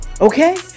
Okay